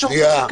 שנייה.